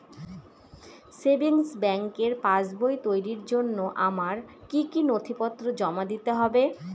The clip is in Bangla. সেভিংস ব্যাংকের পাসবই তৈরির জন্য আমার কি কি নথিপত্র জমা দিতে হবে?